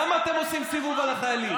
למה אתם עושים סיבוב על החיילים?